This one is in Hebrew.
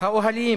האוהלים